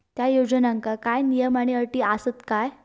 त्या योजनांका काय नियम आणि अटी आसत काय?